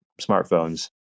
smartphones